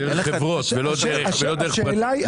דרך חברות; לא דרך פרטיים.